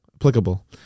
Applicable